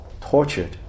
tortured